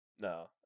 No